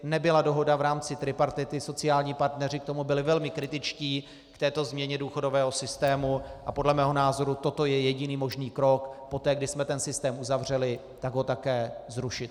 Nebyla dohoda v rámci tripartity, sociální partneři k tomu byli velmi kritičtí, k této změně důchodového systému, a podle mého názoru toto je jediný možný krok poté, kdy jsme ten systém uzavřeli, tak ho také zrušit.